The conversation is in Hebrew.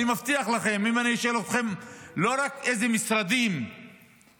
אני מבטיח לכם שאם אני שואל אתכם לא רק איזה משרדים מיותרים,